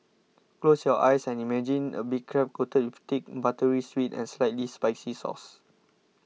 close your eyes and imagine a big crab coated with thick buttery sweet and slightly spicy sauce